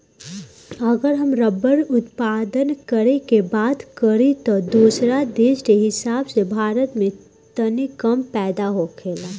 अगर हम रबड़ उत्पादन करे के बात करी त दोसरा देश के हिसाब से भारत में तनी कम पैदा होखेला